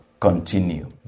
Continue